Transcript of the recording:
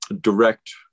direct